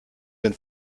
den